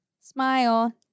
Smile